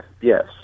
yes